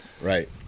right